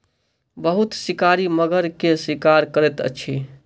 बहुत शिकारी मगर के शिकार करैत अछि